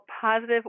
positive